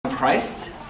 Christ